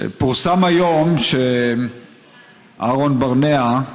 פורסם היום שאהרן ברנע,